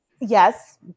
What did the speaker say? Yes